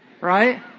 right